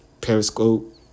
Periscope